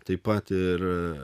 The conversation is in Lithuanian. taip pat ir